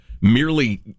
merely